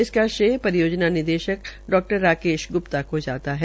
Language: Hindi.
इसका श्रेय रियोजना निदेशक डॉ राकेश ग्प्ता को जाता है